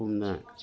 ꯄꯨꯟꯅ